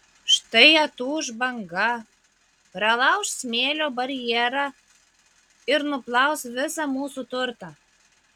štai atūš banga pralauš smėlio barjerą ir nuplaus visą mūsų turtą